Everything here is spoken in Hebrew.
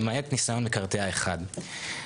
למעל ניסיון מקרטע אחד".